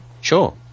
Sure